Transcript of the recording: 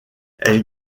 elle